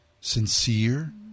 sincere